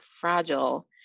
fragile